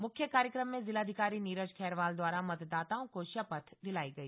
मुख्य कार्यक्रम में जिलाधिकारी नीरज खैरवाल द्वारा मतदाताओं को शपथ दिलाई गई